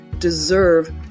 deserve